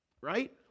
Right